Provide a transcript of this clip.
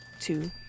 two